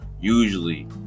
usually